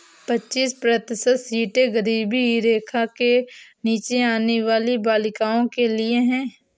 पच्चीस प्रतिशत सीटें गरीबी रेखा के नीचे आने वाली बालिकाओं के लिए है